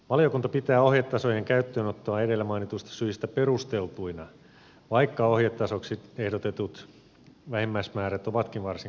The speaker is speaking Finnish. valiokunta pitää ohjetasojen käyttöönottoa edellä mainituista syistä perusteltuna vaikka ohjetasoiksi ehdotetut vähimmäismäärät ovatkin varsin korkeita